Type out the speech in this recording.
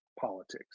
politics